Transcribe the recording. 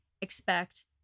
expect